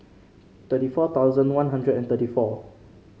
thirty four thousand One Hundred and thirty four